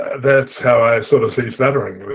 that's how i sort of see stuttering.